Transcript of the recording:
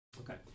Okay